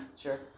Sure